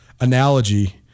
analogy